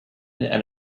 and